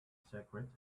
secrets